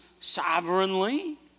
sovereignly